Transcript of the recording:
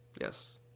Yes